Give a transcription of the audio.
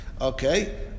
okay